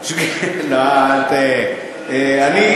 לא, אל, אני,